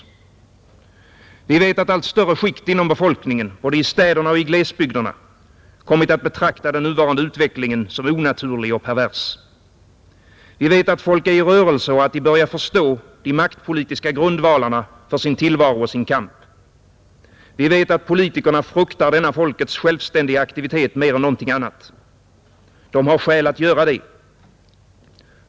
Vi vet att allt större skikt inom befolkningen, både i städerna och i glesbygderna, kommit att betrakta den nuvarande utvecklingen som onaturlig och pervers. Vi vet att folk är i rörelse och börjar förstå de maktpolitiska grundvalarna för sin tillvaro och sin kamp. Vi vet att politikerna fruktar denna folkets självständiga aktivitet mer än någonting annat. De har skäl att göra det.